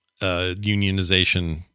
unionization